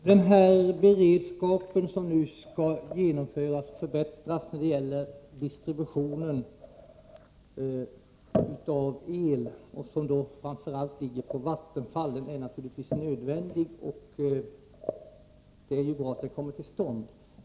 Herr talman! Den förbättring av distributionsberedskapen beträffande el, som det åligger framför allt Vattenfall att genomföra, är naturligtvis nödvändig, och det är bra att den kommer till stånd.